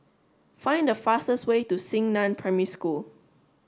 find the fastest way to Xingnan Primary School